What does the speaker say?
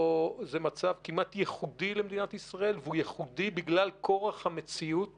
זה מצב כמעט ייחודי למדינת ישראל והוא ייחודי בגלל כורח המציאות